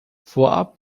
vorab